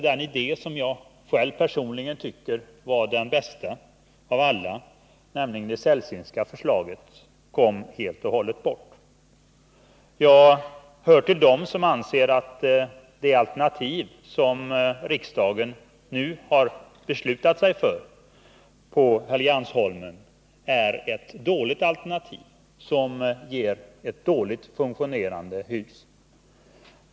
Den idé som jag personligen tycker var den bästa av alla, nämligen det Celsingska förslaget, kom helt och hållet bort. Jag hör till dem som anser att det alternativ som riksdagen nu har beslutat sig för på Helgeandsholmen är ett dåligt alternativ, som ger ett dåligt fungerande hus.